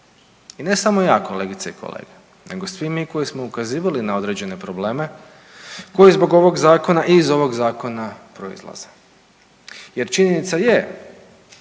I ne samo ja kolegice i kolege, nego svi mi koji smo ukazivali na određene probleme, koji zbog ovog zakona i iz ovog zakona proizlaze. Jer činjenica je